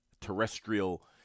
terrestrial